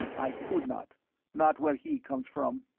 i could not not where he comes from.